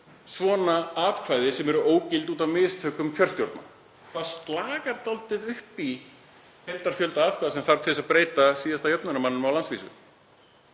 29–47 atkvæði sem eru ógild út af mistökum kjörstjórnar. Það slagar dálítið upp í heildarfjölda atkvæða sem þarf til að breyta síðasta jöfnunarmanninum á landsvísu.